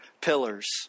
pillars